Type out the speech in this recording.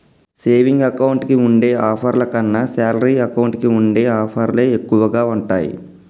saving account కి ఉండే ఆఫర్ల కన్నా శాలరీ అకౌంట్ కి ఉండే ఆఫర్లే ఎక్కువగా ఉంటాయి